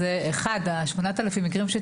השמונת אלפים מקרים,